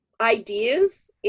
ideas